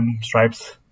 stripes